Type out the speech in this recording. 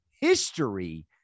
history